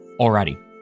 Alrighty